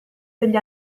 degli